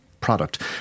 product